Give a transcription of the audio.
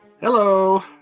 hello